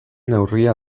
neurria